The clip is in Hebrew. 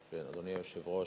אדוני היושב-ראש,